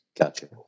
Gotcha